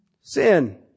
Sin